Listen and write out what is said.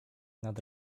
nad